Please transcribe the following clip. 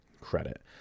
credit